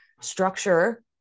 structure